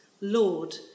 Lord